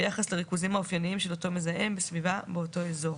ביחס לריכוזים האופייניים של אותו מזהם בסביבה באותו אזור,"